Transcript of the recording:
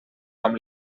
amb